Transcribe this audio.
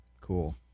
cool